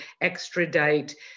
extradite